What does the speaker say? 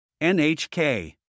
NHK